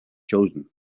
chosen